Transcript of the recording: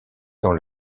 dans